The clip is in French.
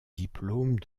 diplôme